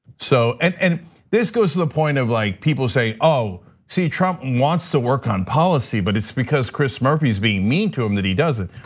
so and and this goes to the point of like people say, see trump wants to work on policy, but it's because chris murphy is being mean to him that he doesn't.